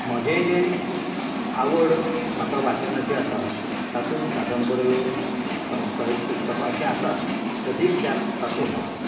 म्हजें जें आवड म्हाका वाचनाची आसा तातूंत कादंबऱ्यो संस्कारीत पुस्तकां अशीं आसाच अदीक त्या तातूंत